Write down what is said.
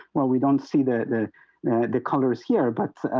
well, we don't see the the colors here, but ah,